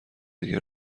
دیگه